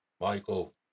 Michael